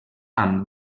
amb